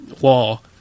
wall